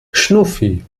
schnuffi